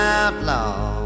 outlaw